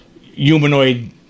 humanoid